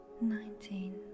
nineteen